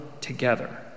together